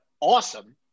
awesome